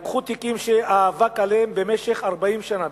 לקחו תיקים שהיה אבק עליהם במשך 40 שנה,